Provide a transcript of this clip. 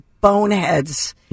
boneheads